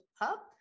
up